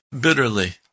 bitterly